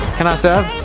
can i serve?